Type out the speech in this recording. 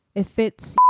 it fits.